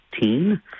18